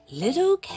little